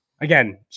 Again